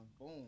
Boom